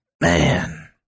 man